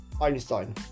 Einstein